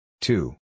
Two